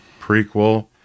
prequel